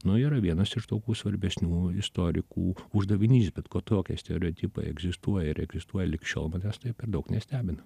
nu yra vienas iš tokių svarbesnių istorikų uždavinys bet kad tokie stereotipai egzistuoja ir egzistuoja lig šiol manęs tai per daug nestebina